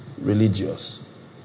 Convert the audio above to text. religious